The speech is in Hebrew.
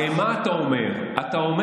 אני לא רוצה